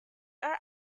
are